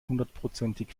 hundertprozentig